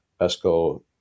ESCO